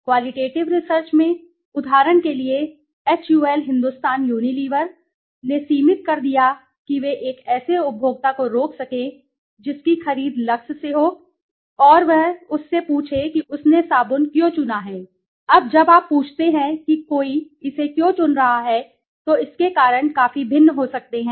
qualitative research में उदाहरण के लिए एचयूएल हिंदुस्तान यूनिलीवर ने सीमित कर दिया कि वे एक ऐसे उपभोक्ता को रोक सकें जिसकी खरीद लक्स से हो और वह उससे पूछे कि उसने साबुन क्यों चुना है अब जब आप पूछते हैं कि कोई इसे क्यों चुन रहा है तो इसके कारण काफी भिन्न हो सकते हैं